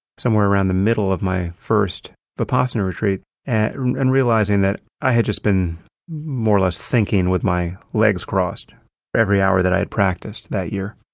somewhere around the middle of my first vipassana retreat and and realizing that i had just been more or less thinking with my legs crossed every hour that i had practiced that year.